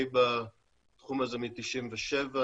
אני בתחום הזה מ-97',